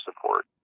support